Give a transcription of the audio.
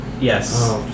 Yes